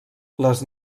les